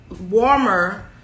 warmer